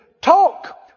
Talk